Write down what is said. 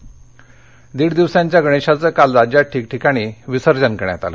रत्नागिरी दीड दिवसांच्या गणेशाचं काल राज्यात ठिकठिकाणी विसर्जन करण्यात आलं